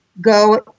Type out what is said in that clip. go